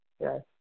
Yes